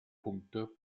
punkte